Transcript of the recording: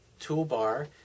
toolbar